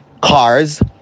cars